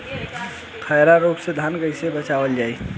खैरा रोग से धान कईसे बचावल जाई?